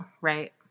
right